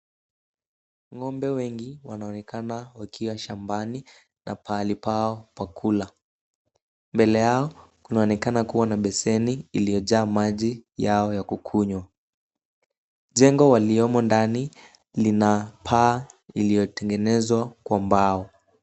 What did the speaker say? Ng'ombe wengi wanaonekana wakiwa shambani na pahali pao pa kula. Mbele yao kunaonekana kuwa na beseni iliyojaa maji yao ya kukunywa. Jengo waliomo ndani lina paa iliyotengenezwa kwa mbao.